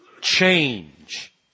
Change